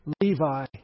Levi